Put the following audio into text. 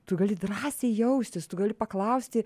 tu gali drąsiai jaustis tu gali paklausti